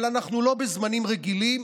אבל אנחנו לא בזמנים רגילים,